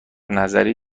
نظری